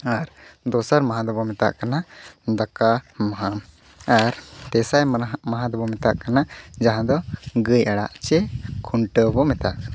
ᱟᱨ ᱫᱚᱥᱟᱨ ᱢᱟᱦᱟ ᱫᱚᱵᱚ ᱢᱮᱛᱟᱜ ᱠᱟᱟᱱ ᱫᱟᱠᱟ ᱢᱟᱦᱟ ᱟᱨ ᱛᱮᱥᱟᱭ ᱢᱟᱦᱟ ᱢᱟᱦᱟ ᱫᱚᱵᱚᱱ ᱢᱮᱛᱟᱜ ᱠᱟᱱᱟ ᱡᱟᱦᱟᱸ ᱫᱚ ᱜᱟᱹᱭ ᱟᱲᱟᱜ ᱪᱮ ᱠᱷᱩᱱᱴᱟᱹᱣ ᱵᱚ ᱢᱮᱛᱟᱜ ᱠᱟᱱᱟ